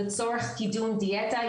לצורך קידום דיאטה,